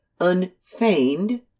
unfeigned